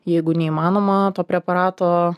jeigu neįmanoma to preparato